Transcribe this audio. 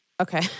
Okay